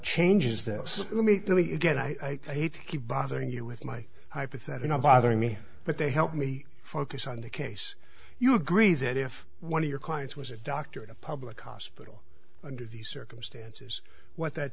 changes that let me get i hate to keep bothering you with my hypothetical bothering me but they help me focus on the case you agree that if one of your clients was a doctor at a public hospital under these circumstances what that